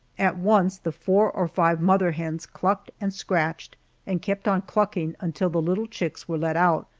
at once the four or five mother hens clucked and scratched and kept on clucking until the little chicks were let out,